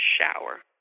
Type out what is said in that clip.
shower